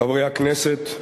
חברי הכנסת,